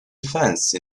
offence